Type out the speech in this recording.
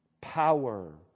power